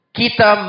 kita